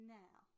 now